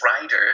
writer